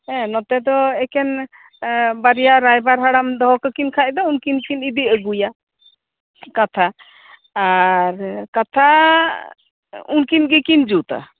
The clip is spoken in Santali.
ᱦᱮᱸ ᱱᱚᱛᱮ ᱫᱚ ᱮᱠᱮᱱᱵᱟᱨᱭᱟ ᱨᱟᱭᱵᱟᱨ ᱦᱟᱲᱟᱢ ᱫᱚᱦᱚ ᱠᱟᱠᱤᱱ ᱠᱷᱟᱡ ᱫᱚ ᱩᱱᱠᱤᱱᱠᱤᱱ ᱤᱫᱤ ᱟᱜᱩᱭᱟ ᱠᱟᱛᱷᱟ ᱟᱨ ᱠᱟᱛᱷᱟ ᱩᱱᱠᱤᱱ ᱜᱮᱠᱤᱱ ᱡᱩᱛᱟ